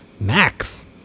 Max